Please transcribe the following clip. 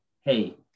hey